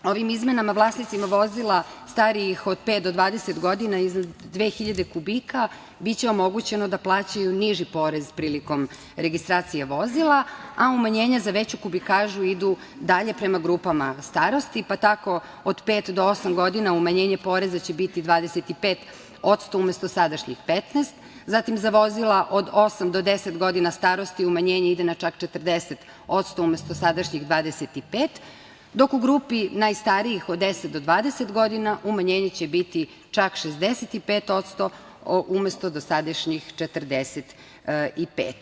Ovim izmenama vlasnicima vozila starijih od pet do 20 godina iznad 2.000 kubika biće omogućeno da plaćaju niži porez prilikom registracije vozila, a umanjenje za veću kubikažu idu dalje prema grupama starosti, pa tako od pet do osam godina umanjenje poreza će biti 25% umesto sadašnjih 15%, zatim, za vozila od osam do 10 godina starosti umanjenje ide na čak 40% umesto sadašnjih 25%, dok u grupi najstarijih od 10 do 20 godina umanjenje će biti čak 65%, umesto dosadašnjih 45%